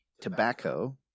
tobacco